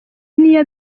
niyo